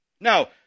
Now